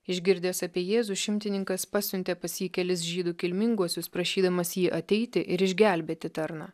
išgirdęs apie jėzų šimtininkas pasiuntė pas jį kelis žydų kilminguosius prašydamas jį ateiti ir išgelbėti tarną